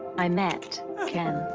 i met ken,